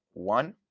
one.